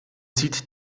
zieht